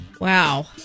Wow